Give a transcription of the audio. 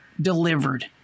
delivered